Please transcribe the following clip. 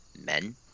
men